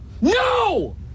No